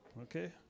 Okay